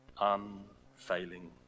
unfailing